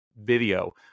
video